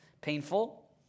painful